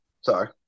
Sorry